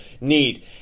need